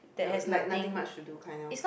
the like nothing much to do kind of